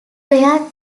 where